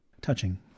Touching